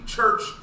Church